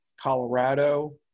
Colorado